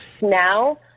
Now